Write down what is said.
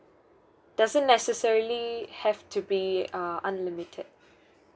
doesn't necessarily have to be err unlimited